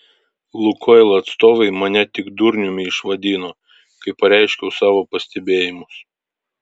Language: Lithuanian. lukoil atstovai mane tik durniumi išvadino kai pareiškiau savo pastebėjimus